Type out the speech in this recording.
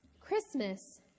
Christmas